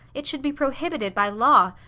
it should be prohibited by law.